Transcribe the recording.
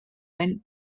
den